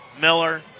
Miller